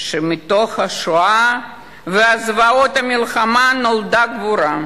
שמתוך השואה וזוועות המלחמה נולדה הגבורה,